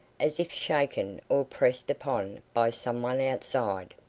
as if shaken or pressed upon by some one outside.